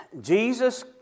Jesus